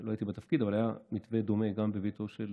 עוד לא הייתי בתפקיד אבל היה מתווה דומה גם בביתו של